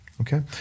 Okay